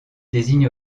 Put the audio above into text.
désigne